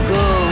go